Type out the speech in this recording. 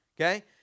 Okay